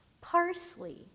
Parsley